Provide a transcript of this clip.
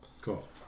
Cool